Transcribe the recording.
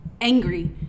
angry